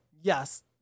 Yes